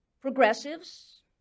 Progressives